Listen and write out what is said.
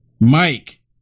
Mike